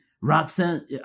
Roxanne